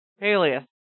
Alias